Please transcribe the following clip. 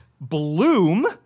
Bloom